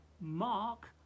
mark